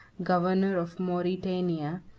governor of mauritania,